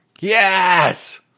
Yes